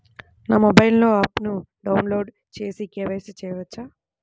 నా మొబైల్లో ఆప్ను డౌన్లోడ్ చేసి కే.వై.సి చేయచ్చా?